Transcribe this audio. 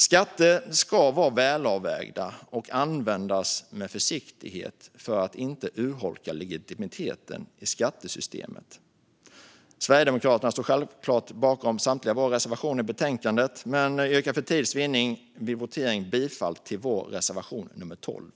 Skatter ska vara välavvägda och användas med försiktighet för att inte urholka legitimiteten i skattesystemet. Sverigedemokraterna står självklart bakom samtliga våra reservationer i betänkandet, men yrkar för tids vinning vid votering bifall till vår reservation nummer 12.